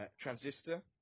Transistor